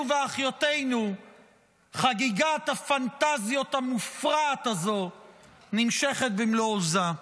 ואחיותינו חגיגת הפנטזיות המופרעת הזו נמשכת במלוא עוזה.